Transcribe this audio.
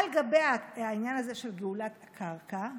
על גבי העניין הזה של גאולת הקרקע,